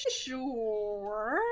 Sure